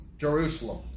Jerusalem